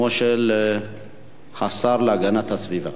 בשמו של השר להגנת הסביבה.